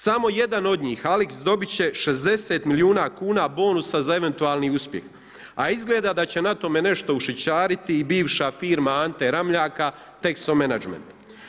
Samo jedan od njih Alix dobit će 60 milijuna kuna bonusa za eventualni uspjeh, a izgleda da će na tome nešto ušičariti i bivša firma Ante Ramljaka Texo management.